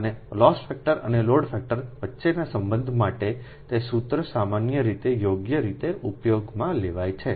અને loss factor અને load factor વચ્ચેના સંબંધ માટેના તે સૂત્ર સામાન્ય રીતે યોગ્ય રીતે ઉપયોગમાં લેવાય છે